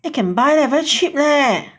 eh can buy leh cheap leh